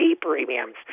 premiums